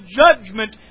judgment